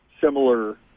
similar